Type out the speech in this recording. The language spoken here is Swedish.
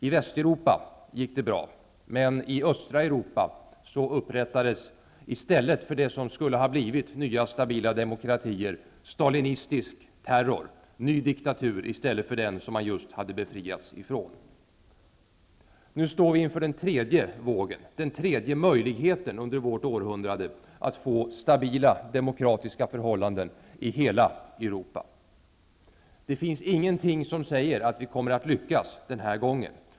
I Västeuropa gick det bra, men i östra Europa upprättades i stället för det som skulle ha blivit nya stabila demokratier stalinistisk terror, ny diktatur i stället för den som man just hade befriats från. Nu står vi inför den tredje vågen, den tredje möjligheten under vårt århundrade att få stabila, demokratiska förhållanden i hela Europa. Det finns ingenting som säger att vi kommer att lyckas den här gången.